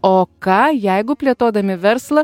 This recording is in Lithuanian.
o ką jeigu plėtodami verslą